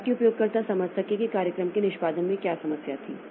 ताकि उपयोगकर्ता समझ सके कि कार्यक्रम के निष्पादन में क्या समस्या थी